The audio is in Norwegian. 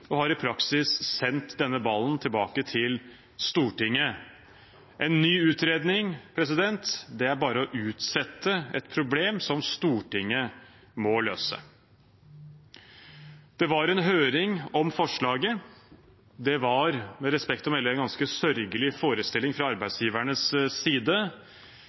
og har i praksis sendt denne ballen tilbake til Stortinget. En ny utredning er bare å utsette et problem som Stortinget må løse. Det var en høring om forslaget. Det var med respekt å melde en ganske sørgelig forestilling fra arbeidsgivernes side.